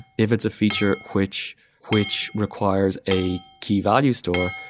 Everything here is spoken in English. if it's a feature which which requires a key value store,